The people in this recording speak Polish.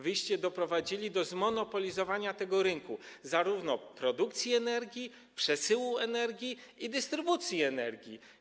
Wyście doprowadzili do zmonopolizowania tego rynku, zarówno produkcji energii, przesyłu energii, jak i dystrybucji energii.